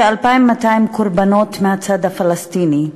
כ-2,200 קורבנות מהצד הפלסטיני,